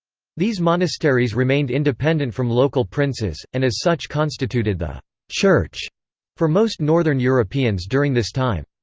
these monasteries remained independent from local princes, and as such constituted the church for most northern europeans during this time.